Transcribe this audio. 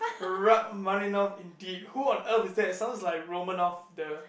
Rachmaninoff indeed who on earth is that it sounds like Romanoff the